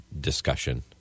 discussion